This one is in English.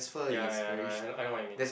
ya ya ya I know I know I know what you mean